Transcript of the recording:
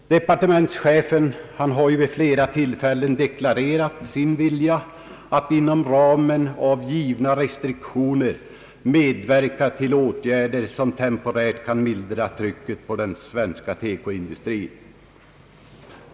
Departementschefen har ju vid flera tillfällen deklarerat sin vilja att inom ramen för givna restriktioner medverka till åtgärder som temporärt kan mildra trycket på den svenska textiloch konfektionsindustrin.